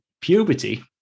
puberty